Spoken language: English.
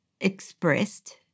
expressed